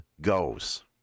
goes